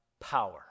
power